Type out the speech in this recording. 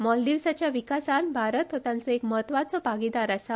मालदीवजच्या विकासात भारत हो तांचो एक म्हत्वाचो भागीदार आसा